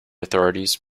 authorities